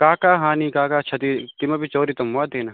का का हानिः का का क्षतिः किमपि चोरितं वा तेन